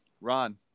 Ron